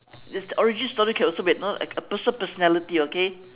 is the origin story also can be like you know a person~ personality okay